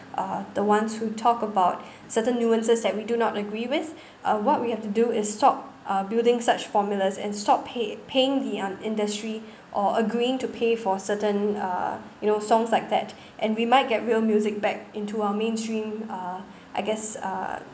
uh the ones who talk about certain nuances that we do not agree with uh what we have to do is stop uh building such formulas and stop pay paying the un~ industry or agreeing to pay for certain uh you know songs like that and we might get real music back into our mainstream uh I guess uh